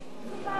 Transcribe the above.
שום תשובה מה היה,